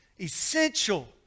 essential